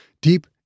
deep